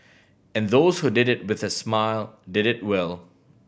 and those who did it with a smile did it well